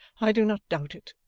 i do not doubt it.